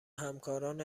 همکاران